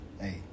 Hey